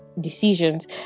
decisions